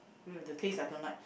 the taste I don't like